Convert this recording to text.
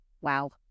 Wow